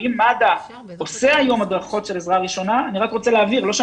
ואם מד"א עושה היום הדרכות ואני לא יודע אם